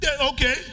Okay